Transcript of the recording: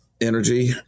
energy